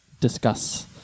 discuss